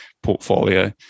portfolio